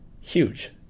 Huge